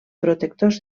protectors